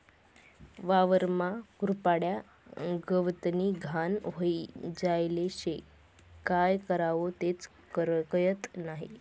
वावरमा कुरपाड्या, गवतनी घाण व्हयी जायेल शे, काय करवो तेच कयत नही?